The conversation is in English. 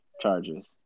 charges